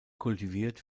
kultiviert